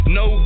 no